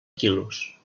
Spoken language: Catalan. quilos